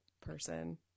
person